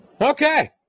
Okay